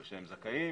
שהם זכאים,